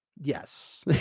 yes